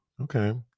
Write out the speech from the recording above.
Okay